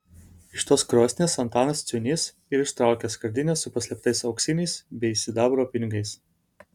iš tos krosnies antanas ciūnys ir ištraukė skardinę su paslėptais auksiniais bei sidabro pinigais